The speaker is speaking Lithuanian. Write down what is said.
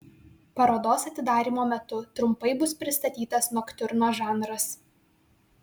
parodos atidarymo metu trumpai bus pristatytas noktiurno žanras